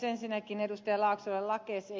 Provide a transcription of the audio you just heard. ensinnäkin ed